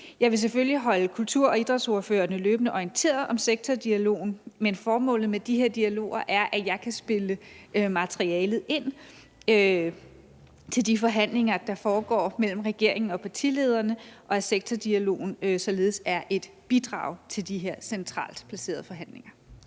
Jeg vil selvfølgelig løbende holde kultur- og idrætsordførerne orienteret om sektordialogen, men formålet med de her dialoger er, at jeg kan spille materialet ind i de forhandlinger, der foregår mellem regeringen og partilederne, og sektordialogen er således et bidrag til de her centralt placerede forhandlinger.